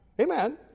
Amen